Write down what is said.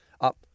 up